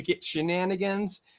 shenanigans